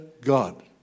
God